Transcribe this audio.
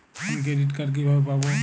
আমি credit card কিভাবে পাবো?